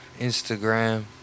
Instagram